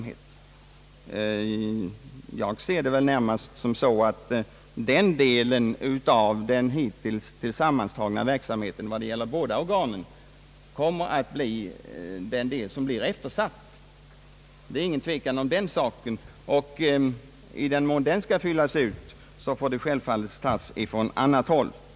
Såsom jag ser det kommer det att bli närmast denna del av den hittills gemensamt bedrivna verksamheten som kommer att bli eftersatt. Det är inget tvivel härom. I den mån denna verksamhet skall upprätthållas får medlen härför tydligen tas från annat håll.